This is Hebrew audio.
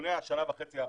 מנתוני השנה וחצי האחרונות,